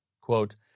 Quote